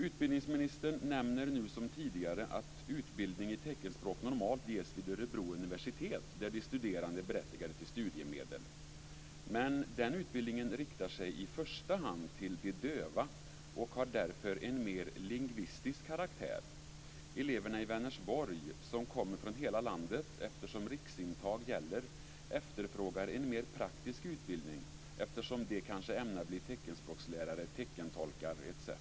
Utbildningsministern nämner nu som tidigare att utbildning i teckenspråk normalt ges vid Örebro universitet, där de studerande är berättigade till studiemedel. Men den utbildningen riktar sig i första hand till de döva och har därför en mer lingvistisk karaktär. Eleverna i Vänersborg, som kommer från hela landet eftersom riksintag gäller, efterfrågar en mer praktisk utbildning eftersom de kanske ämnar bli teckenspråkslärare, teckentolkar etc.